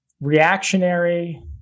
reactionary